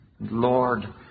Lord